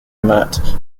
mat